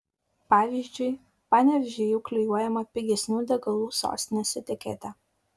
pavyzdžiui panevėžiui jau klijuojama pigesnių degalų sostinės etiketė